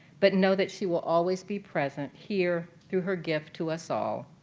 but know that she will always be present here through her gift to us all.